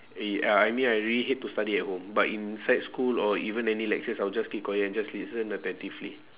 eh ya I mean I really hate to study at home but in sec school or even any lectures I will just keep quiet and just listen attentively